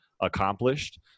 accomplished